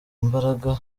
imbaraga